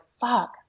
fuck